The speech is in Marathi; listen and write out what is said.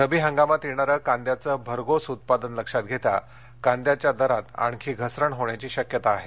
रब्बी हंगामात येणारं कांद्याचं भरघोस उत्पादन लक्षात घेता कांद्याच्या दारात घसरण होण्याची शक्यता आहे